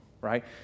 Right